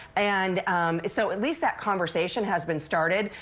and so at least that conversation has been started.